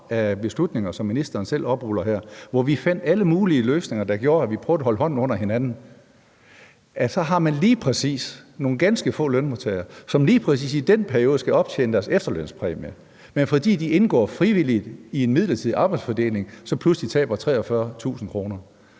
af beslutninger, som ministeren selv opruller her, hvor vi fandt alle mulige løsninger, der gjorde, at vi burde holde hånden under hinanden, at man har nogle ganske få lønmodtagere, som lige præcis i den periode skal optjene deres efterlønspræmie, men fordi de indgår frivilligt i en midlertidig arbejdsfordeling, pludselig taber 43.000 kr.